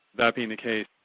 that being the case,